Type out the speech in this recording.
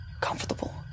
...comfortable